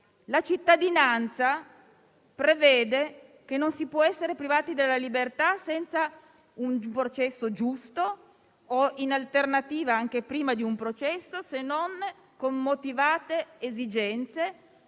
La cittadinanza prevede che non si possa essere privati della libertà senza un processo giusto, o in alternativa anche prima di un processo, se non con motivate esigenze